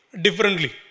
differently